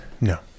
No